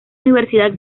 universidad